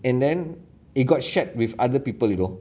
and then it got shared with other people you know